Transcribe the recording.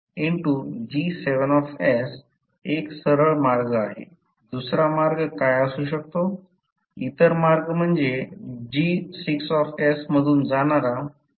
इतर मार्ग म्हणजे G6 मधून जाणारा मार्ग असू शकतो